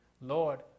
Lord